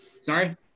Sorry